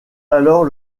alors